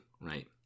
Right